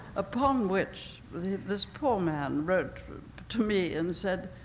upon which this poor man wrote to me and said,